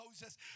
Moses